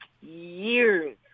years